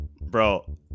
Bro